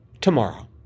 tomorrow